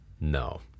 no